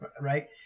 right